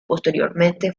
posteriormente